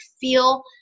feel